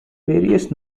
various